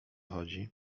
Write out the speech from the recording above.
chodzi